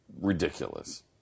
ridiculous